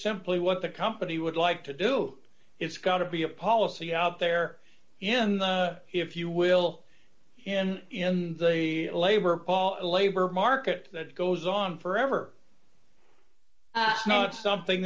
simply what the company would like to do it's got to be a policy out there in the if you will in in the labor pol labor market that goes on forever you know it's something